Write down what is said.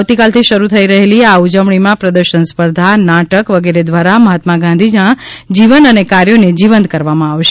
આવતીકાલથી શરૂ થઈ રહેલી આ ઉજવણીમાં પ્રદર્શન સ્પર્ધા નાટક વગેરે દ્વારા મહાત્મા ગાંધીના જીવન અને કાર્યોને જીવંત કરવામાં આવશે